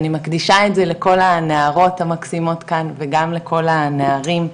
אני מקדישה את זה לכל הנערות המקסימות כאן וגם לכל הנערים,